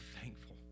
thankful